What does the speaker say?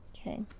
Okay